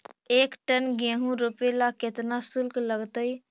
एक टन गेहूं रोपेला केतना शुल्क लगतई?